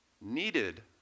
needed